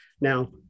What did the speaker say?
now